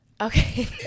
Okay